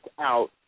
out